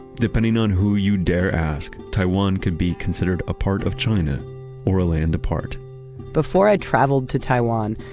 depending on who you dare ask taiwan could be considered a part of china or a land apart before i traveled to taiwan,